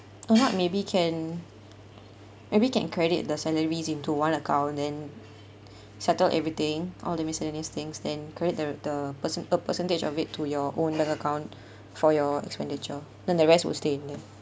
perhaps maybe can maybe can credit the salaries into one account then settle everything all the miscellaneous things then credit the the percent a percentage of it to your own bank account for your expenditure then the rest will stay in there